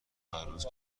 هرروز